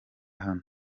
hano